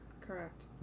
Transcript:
Correct